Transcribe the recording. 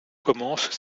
commencent